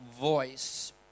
voice